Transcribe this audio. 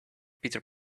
peter